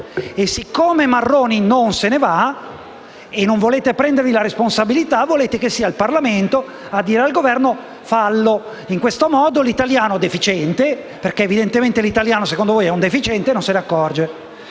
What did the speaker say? siccome Marroni non se ne va e non volete prendervene voi la responsabilità, volete che sia il Parlamento a dire al Governo di farlo. In questo modo l'italiano deficiente - è evidente che l'italiano, secondo voi, è un deficiente - non se ne accorge.